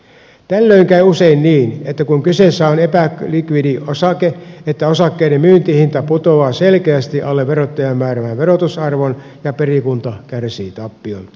tällöin käy usein niin että kun kyseessä on epälikvidi osake osakkeiden myyntihinta putoaa selkeästi alle verottajan määräämän verotusarvon ja perikunta kärsii tappion